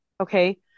Okay